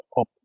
up